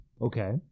Okay